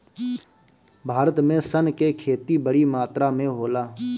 भारत में सन के खेती बड़ी मात्रा में होला